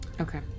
Okay